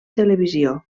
televisió